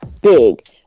Big